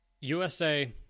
USA